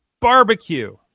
barbecue